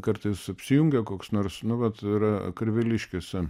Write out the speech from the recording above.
kartais apsijungia koks nors nu vat yra karveliškėse